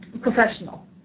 professional